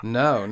no